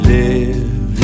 live